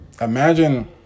imagine